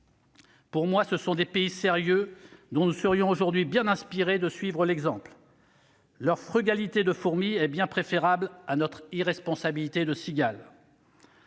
Pour moi, ce sont des pays sérieux, dont nous serions aujourd'hui bien inspirés de suivre l'exemple. Leur frugalité de fourmi est bien préférable à notre irresponsabilité de cigale